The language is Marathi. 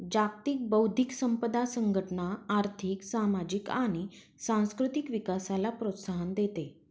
जागतिक बौद्धिक संपदा संघटना आर्थिक, सामाजिक आणि सांस्कृतिक विकासाला प्रोत्साहन देते